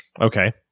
Okay